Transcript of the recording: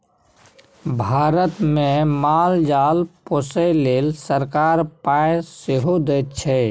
भारतमे माल जाल पोसय लेल सरकार पाय सेहो दैत छै